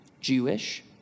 Jewish